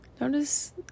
notice